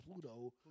Pluto